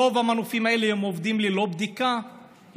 רוב המנופים האלה עובדים ללא בדיקה,